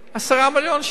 10 מיליון שקל.